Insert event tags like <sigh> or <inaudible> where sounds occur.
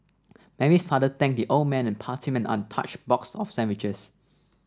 Mary's father thanked the old man and passed him an untouched box of sandwiches <noise>